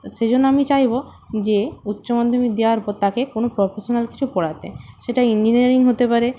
তো সেই জন্য আমি চাইবো যে উচ্চ মাধ্যমিক দেয়ার পর তাকে কোনো প্রফেশনাল কিছু পড়াতে সেটা ইঞ্জিনিয়ারিং হতে পারে